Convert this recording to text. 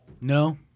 No